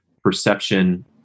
perception